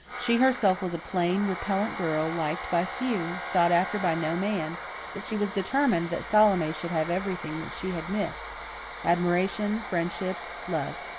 she herself was a plain, repellent girl, liked by few, sought after by no man but she was determined that salome should have everything that she had missed admiration, friendship, love.